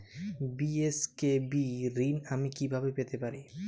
BSKB ঋণ আমি কিভাবে পেতে পারি?